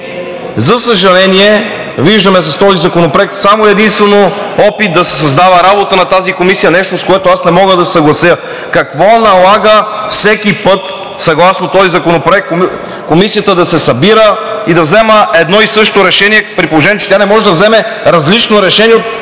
За съжаление, с този законопроект виждаме само и единствено опит да се създава работа на тази Комисия – нещо, с което аз не мога да се съглася. Какво налага всеки път съгласно този законопроект Комисията да се събира и да взема едно и също решение, при положение че тя не може да вземе различно решение от